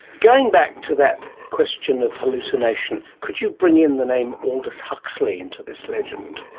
going back to that question of hallucination. could you bring in the name aldus huxley into this legend?